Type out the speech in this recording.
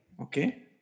Okay